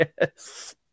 Yes